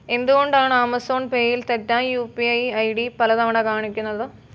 എന്തുകൊണ്ടാണ് ആമസോൺ പേയിൽ തെറ്റായ U P I I D പല തവണ കാണിക്കുന്നത്